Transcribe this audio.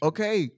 Okay